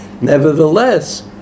Nevertheless